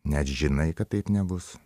net žinai kad taip nebus